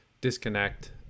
disconnect